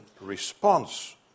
response